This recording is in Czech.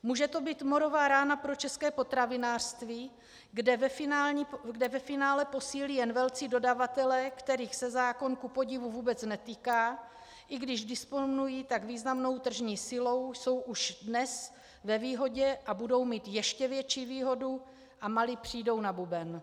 Může to být morová rána pro české potravinářství, kde ve finále posílí jen velcí dodavatelé, kterých se zákon kupodivu vůbec netýká, i když disponují tak významnou tržní silou, jsou už dnes ve výhodě a budou mít ještě větší výhodu a malí přijdou na buben.